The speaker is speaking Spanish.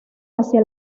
hacia